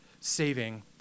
saving